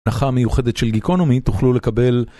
הנחה מיוחדת של גיקונומי תוכלו לקבל